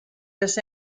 this